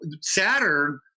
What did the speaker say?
Saturn